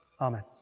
Amen